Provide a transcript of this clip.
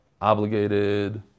obligated